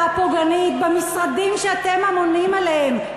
הפוגענית במשרדים שאתם אמונים עליהם,